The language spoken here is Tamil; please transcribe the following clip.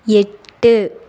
எட்டு